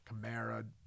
Kamara